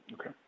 Okay